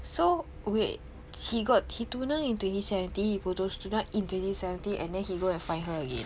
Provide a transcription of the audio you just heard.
so wait he got he tunang in twenty seventeen he putus tunang in twenty seventeen and then he go and find her again